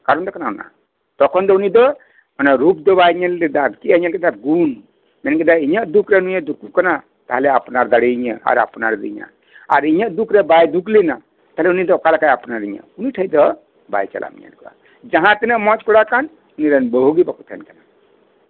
ᱠᱟᱨᱚᱱ ᱫᱚ ᱠᱟᱱᱟ ᱚᱱᱟ ᱛᱚᱠᱷᱚᱱ ᱫᱚ ᱩᱱᱤ ᱫᱚ ᱨᱩᱯ ᱫᱚ ᱵᱟᱭ ᱧᱮᱞ ᱞᱮᱫᱟ ᱪᱮᱫ ᱮ ᱧᱮᱞ ᱠᱮᱫᱟ ᱜᱩᱱ ᱢᱮᱱ ᱠᱮᱫᱟᱭ ᱤᱧᱟᱹᱜ ᱫᱩᱠᱨᱮ ᱱᱩᱭᱮ ᱫᱩᱠᱩᱜ ᱟᱠᱟᱱᱟ ᱛᱟᱦᱚᱞᱮᱭ ᱟᱯᱱᱟᱨ ᱫᱟᱲᱮᱭᱟᱹᱧᱟᱹ ᱟᱨᱮ ᱟᱯᱱᱟᱨᱤᱧᱟ ᱟᱨ ᱤᱧᱟᱹᱜ ᱫᱩᱠᱨᱮ ᱵᱟᱭ ᱫᱩᱠ ᱞᱮᱱᱟ ᱛᱟᱦᱞᱮ ᱛᱟᱦᱚᱞᱮ ᱩᱱᱤ ᱫᱚ ᱚᱠᱟ ᱞᱮᱠᱟᱭ ᱟᱯᱱᱟᱨ ᱤᱧᱟ ᱩᱱᱤ ᱴᱷᱮᱱ ᱫᱚ ᱵᱟᱭ ᱪᱟᱞᱟᱜ ᱠᱚᱲᱟ ᱥᱟᱶ ᱡᱟᱦᱟᱸ ᱛᱤᱱᱟᱹᱜ ᱢᱚᱸᱡᱽ ᱠᱚᱲᱟ ᱠᱟᱱ ᱩᱱᱤᱨᱮᱱ ᱵᱟᱹᱦᱩ ᱜᱮ ᱵᱟᱠᱚ ᱛᱟᱦᱮᱱᱟ ᱠᱚᱲᱟ